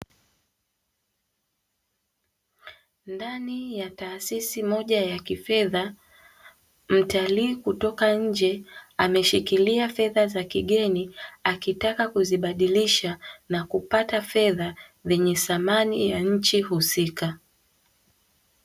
Ndani ya taasisi moja ya kifedha mtalii kutoka nje ameshikilia fedha za kigeni, akitaka kuzibadilisha na kupata fedha zenye thamani ya nchi husika.